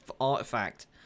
artifact